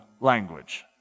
language